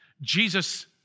Jesus